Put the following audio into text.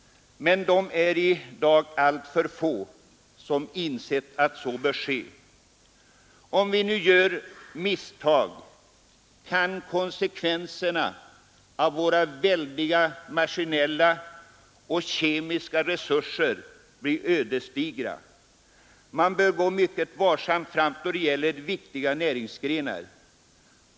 Men de är i dag alltför få som insett att så bör ske. Om vi nu gör misstag kan konsekvenserna av våra väldiga maskinella och kemiska resurser bli ödesdigra. Man bör gå mycket varsamt fram då det gäller viktiga näringsgrenar.